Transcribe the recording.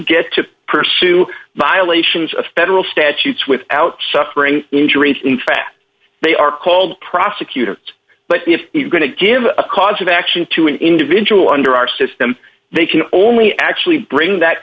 get to pursue violations of federal statutes without suffering injuries in fact they are called prosecutor but if he's going to give a cause of action to an individual under our system they can only actually bring that